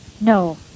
No